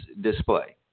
display